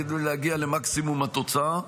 כדי להגיע למקסימום התוצאה.